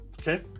Okay